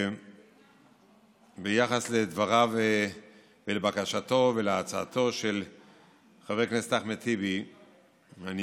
ביחס לדבריו ולבקשתו ולהצעתו של חבר הכנסת אחמד טיבי אני